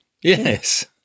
Yes